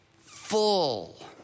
full